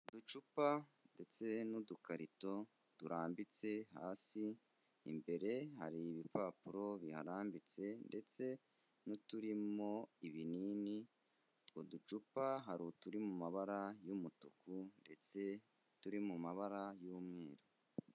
Uducupa ndetse n'udukarito turambitse hasi, imbere hari ibipapuro biharambitse ndetse n'uturimo ibinini, utwo ducupa hari uturi mu mabara y'umutuku ndetse n'uturi mu mabara y'umweru.